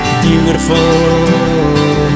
beautiful